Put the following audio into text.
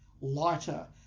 lighter